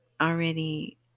already